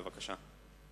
בבקשה.